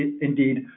indeed